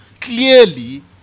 clearly